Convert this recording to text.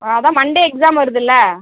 அதுதான் Monday exam வருதுல்ல